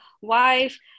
wife